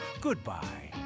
Goodbye